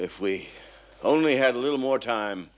if we only had a little more time